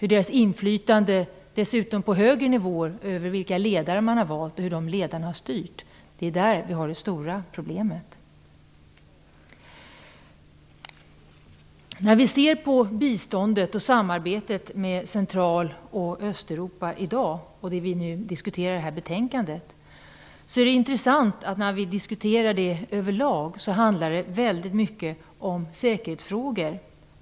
Deras ringa inflytande på högre nivåer över vilka ledare som valts och hur ledarna har styrt är det stora problemet. Det är intressant att notera att det, när vi diskuterar biståndet och samarbetet med Central och Östeuropa i dag och det som tas upp i det här betänkandet, över lag väldigt mycket handlar om säkerhetsfrågor.